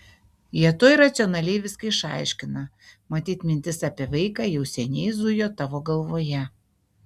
jie tuoj racionaliai viską išaiškina matyt mintis apie vaiką jau seniai zujo tavo galvoje